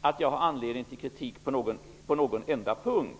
att jag har anledning till kritik på någon enda punkt.